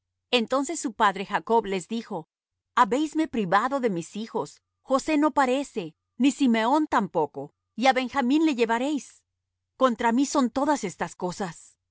entonces su padre jacob les dijo habéisme privado de mis hijos josé no parece ni simeón tampoco y á benjamín le llevaréis contra mí son todas estas cosas